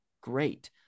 great